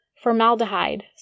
Formaldehyde